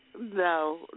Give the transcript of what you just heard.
no